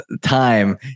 time